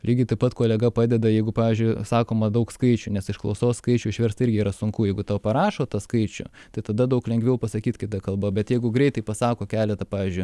lygiai taip pat kolega padeda jeigu pavyzdžiui sakoma daug skaičių nes iš klausos skaičių išverst irgi yra sunku jeigu tau parašo tą skaičių tai tada daug lengviau pasakyt kita kalba bet jeigu greitai pasako keletą pavyzdžiui